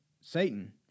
Satan